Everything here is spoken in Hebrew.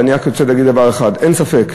אבל אני רק רוצה להגיד דבר אחד: אין ספק,